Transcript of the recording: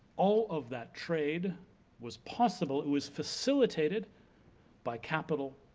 all of that trade was possible it was facilitated by capital,